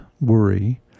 worry